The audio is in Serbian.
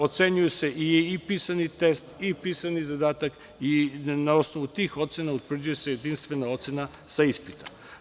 Ocenjuju se i pisani test i pisani zadatak i na osnovu tih ocena utvrđuje se jedinstvena ocena sa ispita.